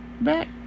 back